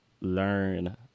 learn